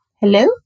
Hello